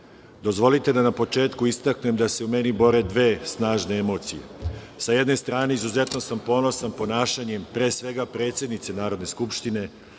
dozvolite da na početku istaknem da se u meni bore dve snažne emocije. Sa jedne strane, izuzetno sam ponosan ponašanjem, pre svega, predsednice Narodne skupštine